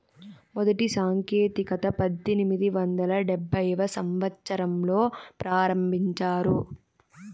మొదటి సాంకేతికత పద్దెనిమిది వందల డెబ్భైవ సంవచ్చరంలో ప్రారంభించారు